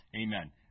Amen